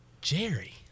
jerry